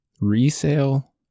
resale